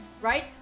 right